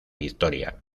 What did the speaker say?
victoria